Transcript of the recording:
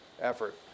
effort